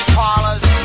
parlors